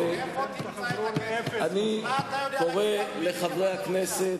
איפה תמצא את הכסף, מה אתה יודע, חברי הכנסת,